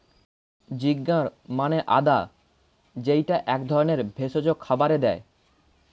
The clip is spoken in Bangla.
জিঞ্জার মানে আদা যেইটা এক ধরনের ভেষজ খাবারে দেয়